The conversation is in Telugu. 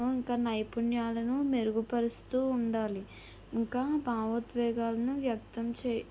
ఇంకా నైపుణ్యాలను మెరుగుపరుస్తూ ఉండాలి ఇంకా భావోద్వేగాలను వ్యక్తం చెయ్